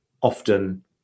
often